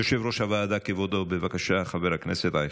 יושב-ראש הוועדה, כבודו, בבקשה, חבר הכנסת אייכלר.